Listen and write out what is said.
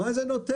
מה זה נותן?